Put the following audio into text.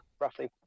roughly